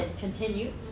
continue